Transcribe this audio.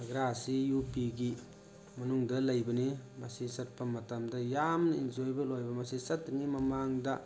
ꯑꯒ꯭ꯔꯥꯁꯤ ꯏꯌꯨ ꯄꯤꯒꯤ ꯃꯅꯨꯡꯗ ꯂꯩꯕꯅꯤ ꯃꯁꯤ ꯆꯠꯄ ꯃꯇꯝꯗ ꯌꯥꯝ ꯏꯟꯖꯣꯏꯑꯦꯕꯜ ꯑꯣꯏꯕ ꯃꯁꯤ ꯆꯠꯇ꯭ꯔꯤꯉꯩ ꯃꯃꯥꯡꯗ